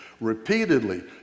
Repeatedly